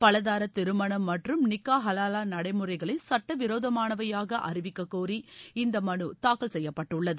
பல தார திருமணம் மற்றும் நிக்கா ஹலாலா நடைமுறைகளை சட்ட விரோதமானவையாக அறிவிக்க கோரி இந்த மனு தாக்கல் செய்யப்பட்டள்ளது